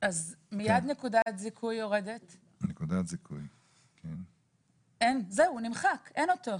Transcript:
יורדת מיד נקודת זיכוי וזהו, הוא נמחק, אין אותו.